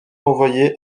envoyés